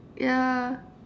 yeah